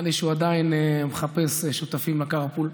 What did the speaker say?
נראה לי שהוא עדיין מחפש שותפים לקארפול.